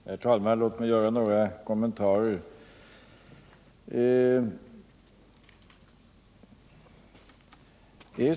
Herr talman! Låt mig göra några kommentarer.